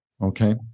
Okay